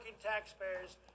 taxpayers